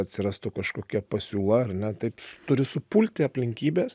atsirastų kažkokia pasiūla ar ne taip turi supulti aplinkybės